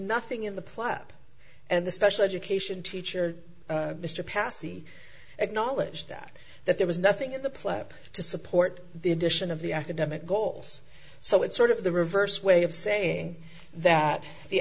nothing in the plot up and the special education teacher mr passy acknowledged that that there was nothing in the pledge to support the addition of the academic goals so it's sort of the reverse way of saying that the